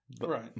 right